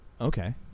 Okay